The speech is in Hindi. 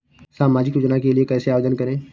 सामाजिक योजना के लिए कैसे आवेदन करें?